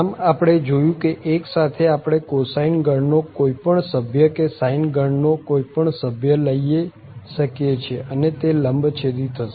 આમ આપણે જોયું કે 1 સાથે આપણે cosine ગણ નો કોઈ પણ સભ્ય કે sine ગણ નો કોઈ પણ સભ્ય લઇ શકીએ છીએ અને તે લંબછેદી થશે